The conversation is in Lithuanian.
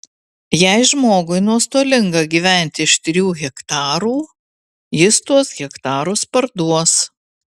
jei žmogui nuostolinga gyventi iš trijų hektarų jis tuos hektarus parduos